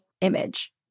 image